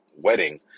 wedding